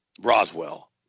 Roswell